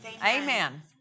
Amen